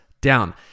down